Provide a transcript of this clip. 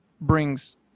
brings